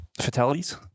fatalities